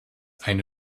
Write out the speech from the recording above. eine